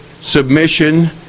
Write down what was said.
submission